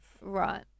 right